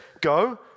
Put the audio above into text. go